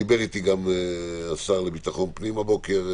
דיבר איתי גם השר לביטחון הפנים הבוקר,